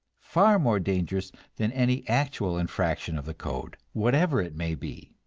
far more dangerous than any actual infraction of the code, whatever it may be.